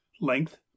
length